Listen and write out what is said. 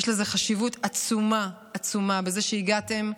יש חשיבות עצומה עצומה בזה שהגעתם,